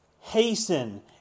Hasten